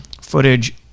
footage